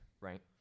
right